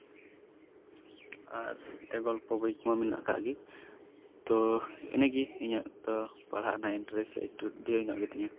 ᱟᱨ ᱮᱴᱟᱜᱟᱜ ᱩᱯᱟᱹᱭ ᱠᱚᱢᱟ ᱢᱮᱱᱟᱜ ᱠᱟᱜ ᱜᱮ ᱛᱚ ᱤᱱᱟᱹᱜ ᱜᱮ ᱤᱧᱟᱹᱜ ᱫᱚ ᱯᱟᱲᱦᱟᱜ ᱨᱮᱱᱟᱜ ᱤᱱᱴᱟᱨᱮᱥᱴ ᱛᱷᱚᱲᱟ ᱰᱷᱮᱨ ᱧᱚᱜ ᱜᱮᱛᱤᱧᱟ